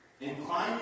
Incline